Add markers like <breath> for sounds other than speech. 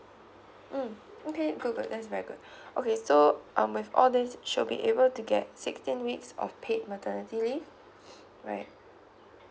mm okay good good that's very good <breath> okay so um with all these should be able to get sixteen weeks of paid maternity leave <breath> right